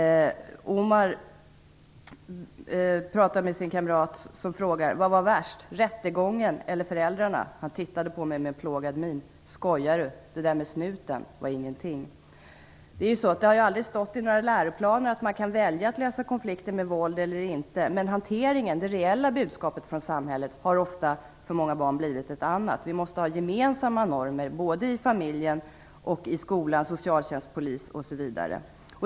Omars kamrat frågar: "Vad var värst, rättegången eller föräldrarna?" Omar tittade på honom med plågad min. "Skojar du? Det där med snuten var ingenting." Det har ju aldrig stått i några läroplaner att man kan välja att lösa konflikter med våld. Men hanteringen, det reella budskapet från samhället, har ofta blivit ett annat för många barn. Vi måste ha gemensamma normer hos familjen, skolan, socialtjänsten, polisen osv.